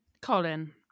Colin